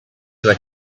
were